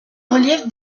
relief